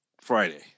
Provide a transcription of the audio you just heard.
Friday